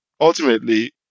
ultimately